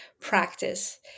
practice